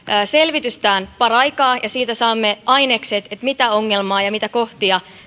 selvitystään paraikaa ja siitä saamme ainekset mitä ongelmia ja mitä kohtia